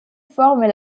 forment